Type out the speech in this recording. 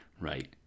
Right